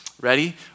Ready